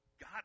God